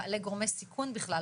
בעלי גורמי סיכון בכלל,